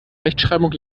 rechtschreibung